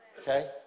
Okay